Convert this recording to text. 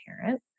parent